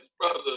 brother